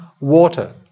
water